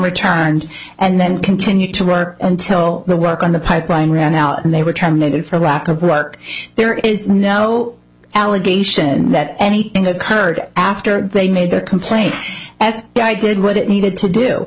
returned and then continued to write until the work on the pipeline ran out and they were terminated for lack of work there is no allegation that anything occurred after they made their complaint as i did what it needed to do